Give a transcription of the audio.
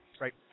Right